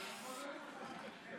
שמית.